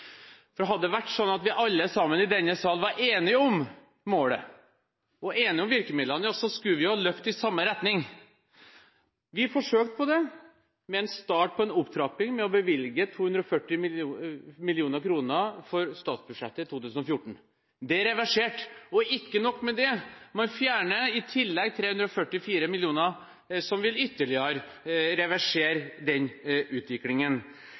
Hadde alle i denne sal vært enige om målet og om virkemidlene, hadde vi løpt i samme retning. Vi forsøkte det – vi startet på en opptrapping ved å bevilge 240 mill. kr på statsbudsjettet for 2014. Det er reversert. Ikke nok med det, man fjerner i tillegg 344 mill. kr, som vil reversere denne utviklingen